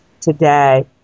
today